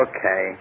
Okay